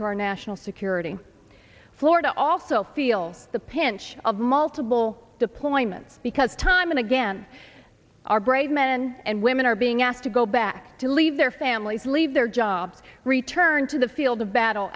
to our national security florida also feel the pinch of multiple deployments because time and again our brave men and women are being asked to go back to leave their families leave their job to return to the field of battle